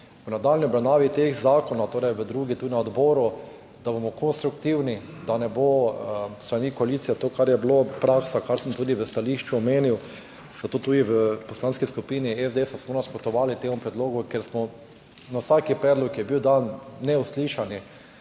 v nadaljnji obravnavi teh zakonov, torej v drugi, tudi na odboru, konstruktivni, da ne bo s strani koalicije tega, kar je bila praksa, kar sem tudi v stališču omenil, zato smo tudi v Poslanski skupini SDS nasprotovali temu predlogu, ker smo na vsak predlog, ki je bil dan, neuslišani,